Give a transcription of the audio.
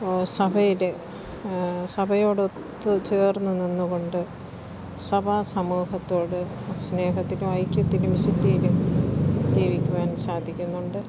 സഭയില് സഭയോടൊത്ത് ചേർന്നു നിന്നുകൊണ്ട് സഭാ സമൂഹത്തോട് സ്നേഹത്തിലും ഐക്യത്തിലും വിശുദ്ധിയിലും ജീവിക്കുവാൻ സാധിക്കുന്നുണ്ട്